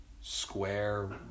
square